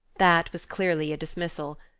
that was clearly a dismissal,